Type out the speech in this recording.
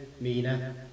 Mina